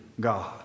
God